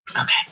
okay